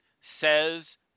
says